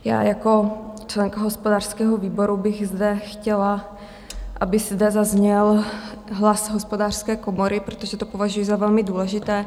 Já jako členka hospodářského výboru bych chtěla, aby zde zazněl hlas Hospodářské komory, protože to považuji za velmi důležité.